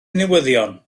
newyddion